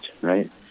right